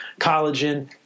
Collagen